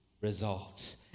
results